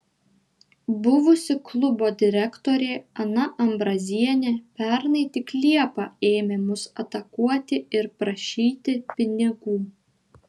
buvusi klubo direktorė ana ambrazienė pernai tik liepą ėmė mus atakuoti ir prašyti pinigų